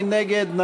מי נגד?